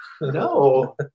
no